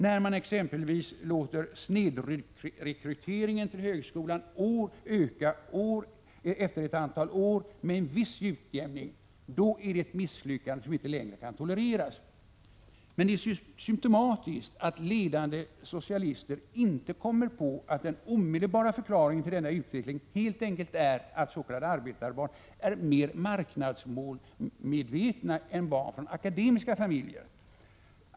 När man exempelvis låter snedrekryteringen till högskolan öka efter ett antal år med en viss utjämning, så är det ett misslyckande som egentligen inte kan tolereras.” Det är symptomatiskt att ledande socialister inte kommer på att den omedelbara förklaringen till denna utveckling helt enkelt är att s.k. arbetarbarn är mer marknadsmedvetna än barn från akademikerfamiljer.